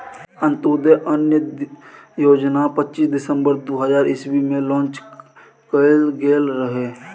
अंत्योदय अन्न योजना पच्चीस दिसम्बर दु हजार इस्बी मे लांच कएल गेल रहय